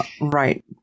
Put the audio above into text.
Right